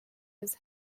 his